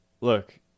Look